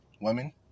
women